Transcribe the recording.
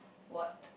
what